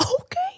Okay